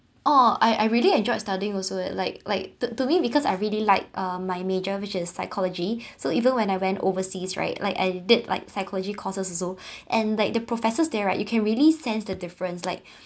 oh I I really enjoyed studying also it like like to to me because I really liked uh my major which is psychology so even when I went overseas right like I did like psychology courses also and like the professors there right you can really sense the difference like